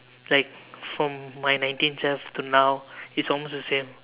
like from my nineteen self to now it's almost the same